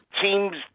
teams